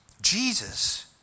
Jesus